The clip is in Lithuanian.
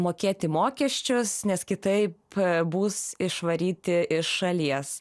mokėti mokesčius nes kitaip bus išvaryti iš šalies